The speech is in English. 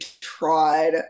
tried